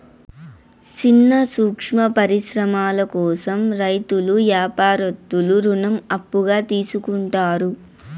సిన్న సూక్ష్మ పరిశ్రమల కోసం రైతులు యాపారత్తులు రుణం అప్పుగా తీసుకుంటారు